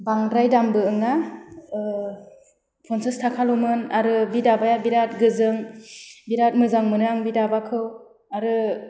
बांद्राय दामबो ओङा फनसास थाखाल'मोन आरो बि दाबाया बिराथ गोजों बिराथ मोजां मोनो आं बि दाबाखौ आरो